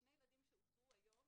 שני הילדים שאותרו היום